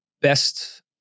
best